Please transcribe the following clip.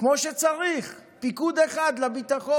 כמו שצריך, פיקוד אחד לביטחון,